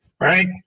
right